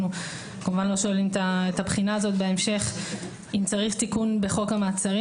אנחנו כמובן לא שוללים את הבחינה הזאת בהמשך אם צריך תיקון בחוק המעצרים